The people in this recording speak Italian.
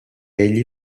egli